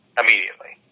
immediately